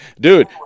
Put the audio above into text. dude